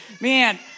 Man